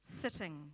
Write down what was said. sitting